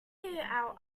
our